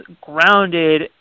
grounded